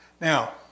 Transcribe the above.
Now